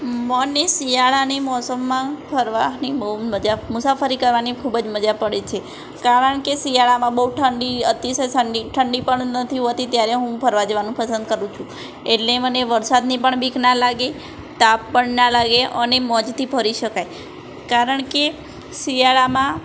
મને શિયાળાની મોસમમાં ફરવાની બહુ મજા મુસાફરી કરવાની ખૂબ જ મજા પડે છે કારણ કે શિયાળામાં બહુ ઠંડી અતિશય સંડી ઠંડી પણ નથી હોતી ત્યારે હું ફરવા જવાનું પસંદ કરું છું એટલે મને વરસાદની પણ બીક ના લાગે તાપ પણ ના લાગે અને મોજથી ફરી શકાય કારણ કે શિયાળામાં